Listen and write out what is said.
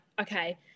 okay